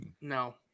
No